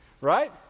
Right